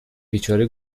بیچاره